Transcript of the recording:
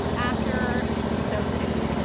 after sotu,